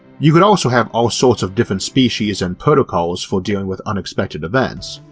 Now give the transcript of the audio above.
you could also have all sorts of different species and protocols for dealing with unexpected events,